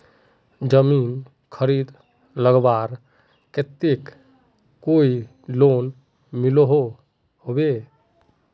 जमीन खरीद लगवार केते कोई लोन मिलोहो होबे?